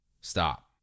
Stop